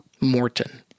Morton